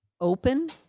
open